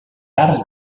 arts